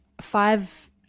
five